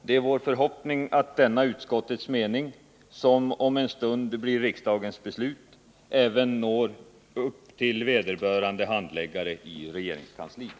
Det är vår förhoppning att denna utskottets mening, som om en stund skall bli riksdagens beslut, även når vederbörande handläggare i regeringskansliet.